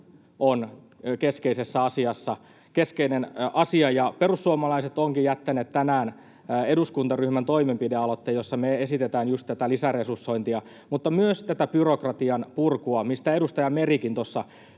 ja reservimme taito on keskeinen asia. Perussuomalaiset ovatkin jättäneet tänään eduskuntaryhmän toimenpidealoitteen, jossa me esitetään just tätä lisäresursointia mutta myös byrokratian purkua, minkä edustaja Merikin tuossa